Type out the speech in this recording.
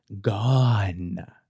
Gone